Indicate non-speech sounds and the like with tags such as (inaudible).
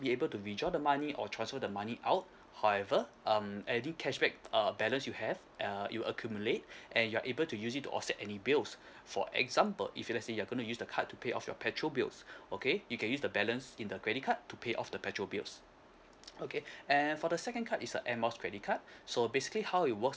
be able to withdraw the money or transfer the money out however um any cashback err balance you have err you accumulate (breath) and you're able to use it to offset any bills for example if you're let say you're gonna use the card to pay off your petrol bills (breath) okay you can use the balance in the credit card to pay off the petrol bills okay (breath) and for the second card is a air miles credit card (breath) so basically how it works